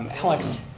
um alex,